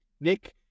Nick